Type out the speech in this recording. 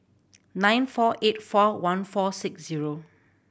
nine four eight four one four six zero